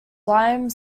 lime